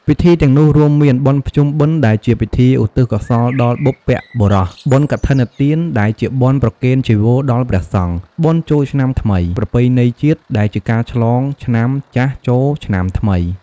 ពិធីទាំងនោះរួមមាន បុណ្យភ្ជុំបិណ្ឌ ដែលជាពិធីឧទ្ទិសកុសលដល់បុព្វបុរស, បុណ្យកឋិនទាន ដែលជាបុណ្យប្រគេនចីវរដល់ព្រះសង្ឃ, បុណ្យចូលឆ្នាំថ្មីប្រពៃណីជាតិ ដែលជាការឆ្លងឆ្នាំចាស់ចូលឆ្នាំថ្មី។